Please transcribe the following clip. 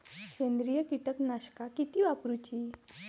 सेंद्रिय कीटकनाशका किती वापरूची?